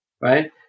right